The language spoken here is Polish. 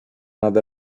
nad